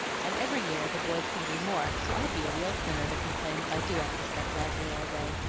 and every year the boys can do more, so i'd be a real sinner to complain if i do have to step lively all day.